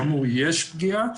כאמור יש פגיעה,